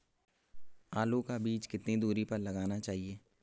आलू का बीज कितनी दूरी पर लगाना चाहिए?